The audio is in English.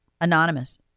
anonymous